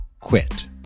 quit